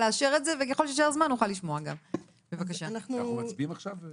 אנחנו מצביעים עכשיו?